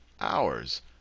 hours